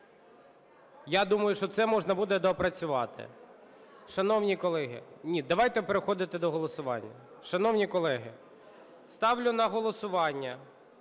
Я думаю, що це можна буде доопрацювати.